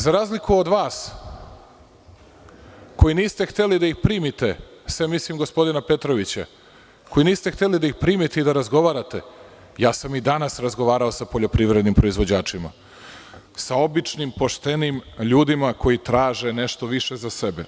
Za razliku od vas koji niste hteli da ih primite, osim, mislim gospodina Petrovića, i da razgovarate, ja sam i danas razgovarao sa poljoprivrednim proizvođačima, sa običnim, poštenim ljudima koji traže nešto više za sebe.